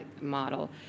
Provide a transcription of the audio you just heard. model